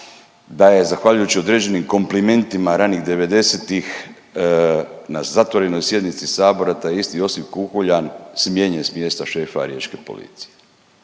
da je zahvaljujući određenim komplimentima ranih 90-ih na zatvorenoj sjednici Sabora, taj isti Josip Kukuljan smijenjen s mjesta šefa riječke policije.